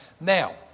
Now